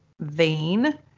vein